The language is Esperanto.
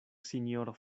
sinjoro